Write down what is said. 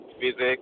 physics